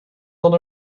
dan